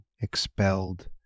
expelled